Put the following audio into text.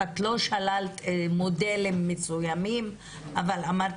את לא שללת מודלים מסוימים אבל אמרת